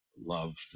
love